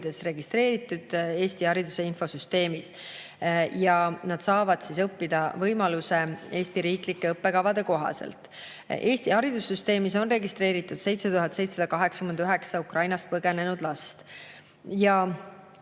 registreeritud Eesti hariduse infosüsteemis ja nad saavad võimaluse õppida Eesti riiklike õppekavade kohaselt. Eesti haridussüsteemis on registreeritud 7789 Ukrainast põgenenud last.